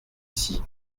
ici